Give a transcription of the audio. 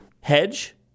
hedge